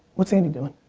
what's andy doing?